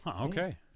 okay